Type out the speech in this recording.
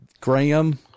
Graham